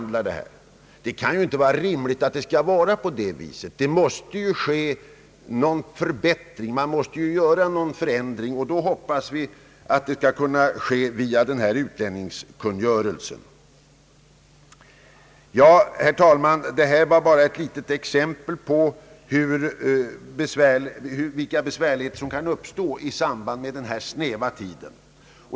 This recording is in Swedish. Det kan inte vara rimligt att det skall gå till på det sättet, utan här måste en ändring ske, vilket vi hoppas skall kunna ske via utlänningskungörelsen. Herr talman! Detta var endast ett litet exempel på vilka besvärligheter som kan uppstå på grund av den snäva tiden.